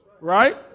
right